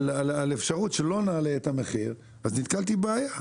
על אפשרות שלא נעלה את המחיר, אז נתקלתי בבעיה.